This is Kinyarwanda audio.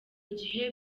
gihe